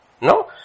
No